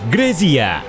Grezia